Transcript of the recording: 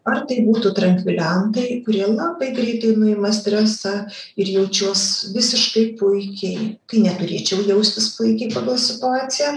ar tai būtų trankviliantai kurie labai greitai nuima stresą ir jaučiuos visiškai puikiai kai neturėčiau jaustis puikiai pagal situaciją